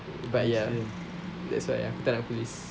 but ya that's why aku tak nak police